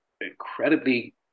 incredibly